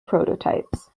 prototypes